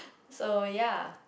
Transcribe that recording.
so ya